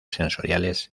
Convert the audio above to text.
sensoriales